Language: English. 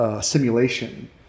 Simulation